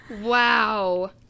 Wow